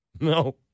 No